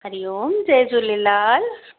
हरी ओम जय झूलेलाल